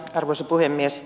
arvoisa puhemies